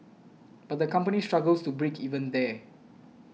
but the company struggles to break even there